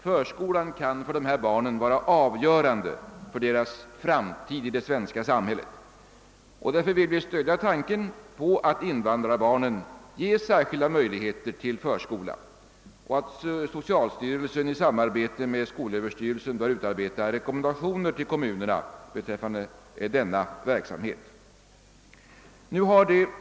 Förskolan kan för dessa barn vara avgörande för deras framtid i det svenska samhället. Därför vill motionärerna stödja tanken dels att åt invandrarbarnen ges goda möjligheter att gå i förskola, dels att socialstyrelsen i samarbete med skolöverstyrelsen bör utarbeta rekommendationer till kommunerna beträffande denna verksamhet.